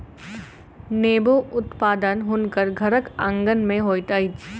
नेबो उत्पादन हुनकर घरक आँगन में होइत अछि